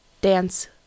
dance